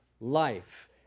life